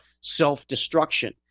self-destruction